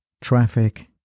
Traffic